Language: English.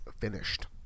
finished